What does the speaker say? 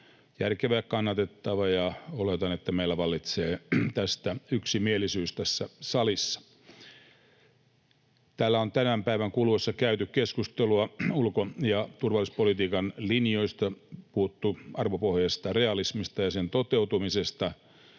järkevä ja kannatettava. Oletan, että meillä vallitsee tästä yksimielisyys tässä salissa. Täällä on tämän päivän kuluessa käyty keskustelua ulko- ja turvallisuuspolitiikan linjoista, puhuttu arvopohjaisesta realismista ja sen toteutumisesta